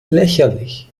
lächerlich